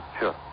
Sure